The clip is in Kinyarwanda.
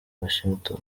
washington